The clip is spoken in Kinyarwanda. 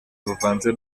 buvanze